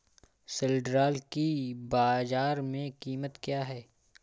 सिल्ड्राल की बाजार में कीमत क्या है?